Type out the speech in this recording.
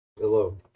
Hello